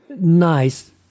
nice